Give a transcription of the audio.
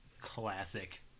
Classic